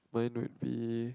mine would be